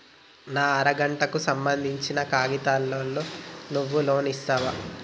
నా అర గంటకు సంబందించిన కాగితాలతో నువ్వు లోన్ ఇస్తవా?